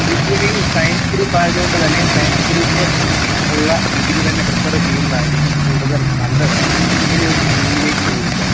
usually science group ആയതുകൊണ്ടുതന്നെ science group ഉള്ള degree തന്നെ പ്രിഫർ ചെയ്യുന്നതായിരിക്കും കൂടുതൽ നല്ലത് ഇങ്ങനെ ഒരു എയിമിലേയ്ക്ക് പോകുമ്പോൾ